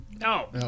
No